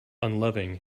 unloving